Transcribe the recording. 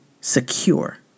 secure